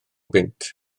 bunt